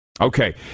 Okay